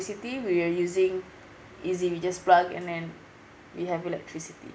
city we're using easy you just plug and then we have electricity